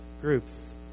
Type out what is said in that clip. groups